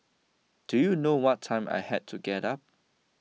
do you know what time I had to get up